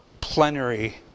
plenary